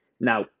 Now